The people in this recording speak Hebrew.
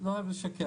לא אוהב לשקר,